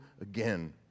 again